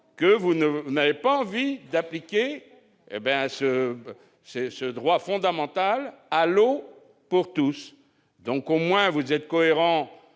que vous n'avez vraiment pas envie d'appliquer ce droit fondamental à l'eau pour tous. Remarquez, au moins, vous êtes cohérents